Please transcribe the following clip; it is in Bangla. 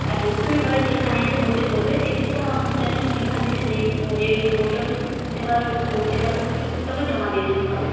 আর যদি তুমি বলো যে এখানে এসে বসে পড়বে সেক্ষেত্রে কোনও অসুবিধা নেই তুমি এখান থেকে যেই যেই বইটা খুশি নিতে পারো এবং পড়তে পারো পড়ে কিন্তু আবার জমা দিয়ে যেতে হবে